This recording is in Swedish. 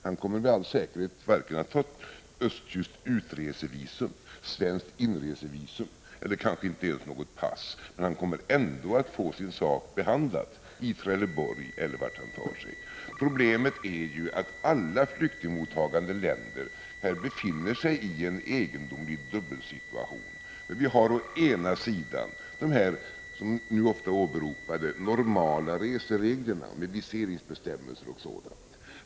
Han kommer med all säkerhet inte att ha vare sig östtyskt utresevisum eller svenskt inresevisum, kanske inte ens något pass, men han kommer ändå att få sin sak behandlad, i Trelleborg eller vart han tar sig. Problemet är att alla flyktingmottagande länder befinner sig i en egendomlig dubbelsituation. Vi har å ena sidan de nu ofta åberopade normala resereglerna med viseringsbestämmelser och liknande.